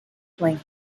playing